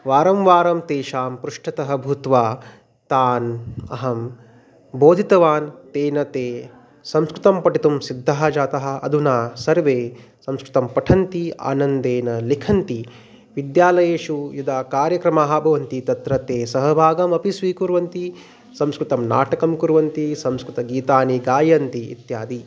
वारं वारं तेषां पृष्ठतः भूत्वा तान् अहं बोधितवान् तेन ते संस्कृतं पठितुं सिद्धाः जाताः अधुना सर्वे संस्कृतं पठन्ति आनन्देन लिखन्ति विद्यालयेषु यदा कार्यक्रमाः भवन्ति तत्र ते सहभागमपि स्वीकुर्वन्ति संस्कृतं नाटकं कुर्वन्ति संस्कृतगीतानि गायन्ति इत्यादयः